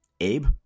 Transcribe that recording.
Abe